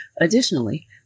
Additionally